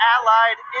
Allied